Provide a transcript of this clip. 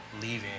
leaving